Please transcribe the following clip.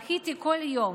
בכיתי כל יום.